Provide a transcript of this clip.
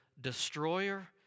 destroyer